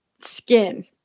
skin